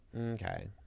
okay